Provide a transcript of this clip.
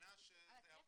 מבחינה טכנית.